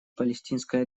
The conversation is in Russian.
палестинской